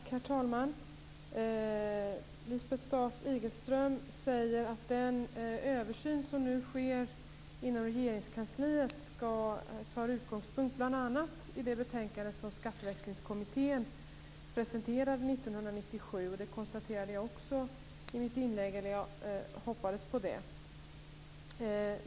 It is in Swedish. Herr talman! Lisbeth Staaf-Igelström säger att den översyn som nu sker inom Regeringskansliet tar sin utgångspunkt i bl.a. det betänkande som Skatteväxlingskommittén presenterade 1997, vilket jag hoppades på.